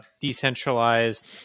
decentralized